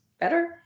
better